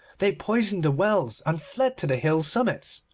they poisoned the wells and fled to the hill-summits.